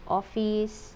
office